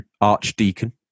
Archdeacon